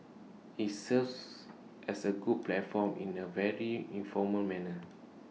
IT serves as A good platform in A very informal manner